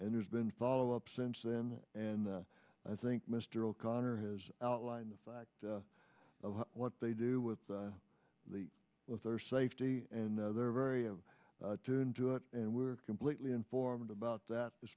and there's been follow up since then and i think mr o'connor has outlined the fact of what they do with the with their safety and they're very of tune to it and we were completely informed about that